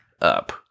up